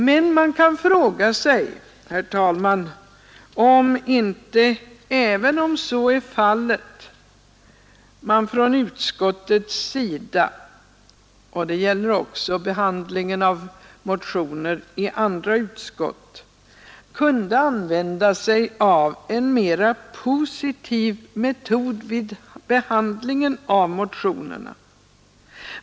Men även om så är fallet kan man fråga sig, herr talman, om inte utskottet — och det gäller också behandlingen av motioner i andra utskott — kunde använda sig av en mera positiv metod vid behandlingen av motionerna.